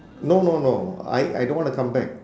no no no I I don't wanna come back